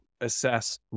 assess